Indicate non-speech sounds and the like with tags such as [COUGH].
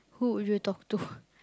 who would you talk to [BREATH]